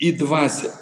į dvasią